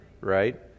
right